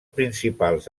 principals